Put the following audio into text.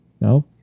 no